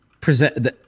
present